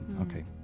Okay